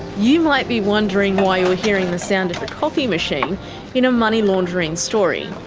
you might be wondering why you're hearing the sound of a coffee machine in a money laundering story.